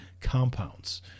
compounds